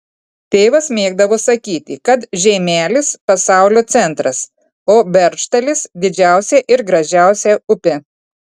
tėvas mėgdavo sakyti kad žeimelis pasaulio centras o beržtalis didžiausia ir gražiausia upė